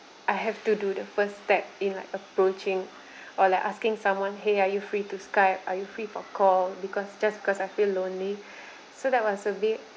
I have to do the first step in like approaching or like asking someone !hey! are you free to Skype are you free for call because just because I feel lonely so that was a bit